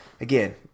again